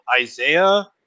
Isaiah